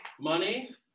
Money